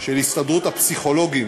של הסתדרות הפסיכולוגים